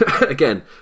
Again